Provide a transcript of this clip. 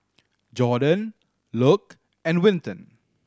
Jordon Luc and Winton